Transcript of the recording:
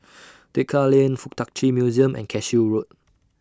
Tekka Lane Fuk Tak Chi Museum and Cashew Road